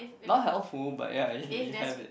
not helpful but ya you you have it